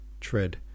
Tread